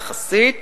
יחסית,